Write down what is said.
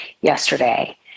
yesterday